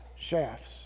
shafts